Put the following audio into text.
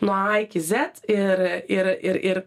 nuo a iki zet ir ir ir ir